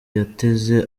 yateze